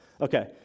Okay